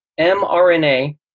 mRNA